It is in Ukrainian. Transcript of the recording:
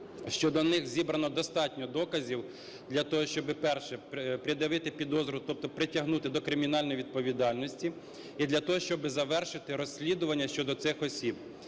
щодо них зібрано достатньо доказів для того, щоб, перше, пред'явити підозру, тобто притягнути до кримінальної відповідальності. І для того, щоб завершити розслідування щодо цих осіб.